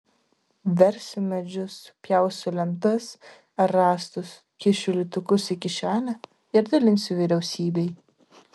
versiu medžius pjausiu lentas ar rąstus kišiu litukus į kišenę ir dalinsiu vyriausybei